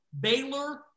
Baylor